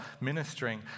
ministering